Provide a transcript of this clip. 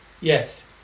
Yes